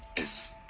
is.